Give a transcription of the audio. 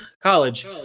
college